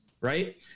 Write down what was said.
right